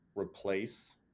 replace